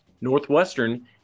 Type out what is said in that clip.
Northwestern